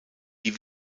die